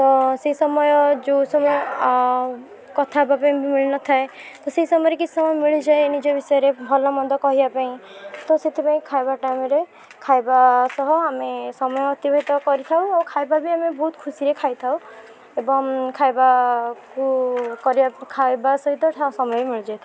ତ ସେଇ ସମୟ ଯେଉଁ ସମୟ କଥା ହେବା ପାଇଁ ମିଳିନଥାଏ ତ ସେଇ ସମୟରେ କିଛି ସମୟ ମିଳିଯାଏ ନିଜ ବିଷୟରେ ଭଲ ମନ୍ଦ କହିବା ପାଇଁ ତ ସେଥିପାଇଁ ଖାଇବା ଟାଇମ୍ରେ ଖାଇବା ସହ ଆମେ ସମୟ ଅତିବାହିତ କରିଥାଉ ଓ ଖାଇବା ବି ଆମେ ବହୁତ ଖୁସିରେ ଖାଇଥାଉ ଏବଂ ଖାଇବାକୁ କରିବାକୁ ଖାଇବା ସହିତ ସମୟ ବି ମିଳି ଯାଇଥାଏ